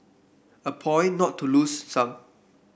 a point not to lose some